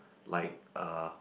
like uh